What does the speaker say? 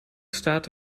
staat